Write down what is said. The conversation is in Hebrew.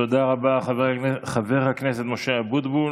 תודה רבה, חבר הכנסת משה אבוטבול.